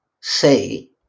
say